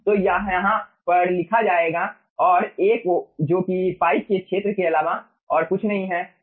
तो यह यहाँ पर लिखा जाएगा और A जो कि पाइप के क्षेत्र के अलावा और कुछ नहीं है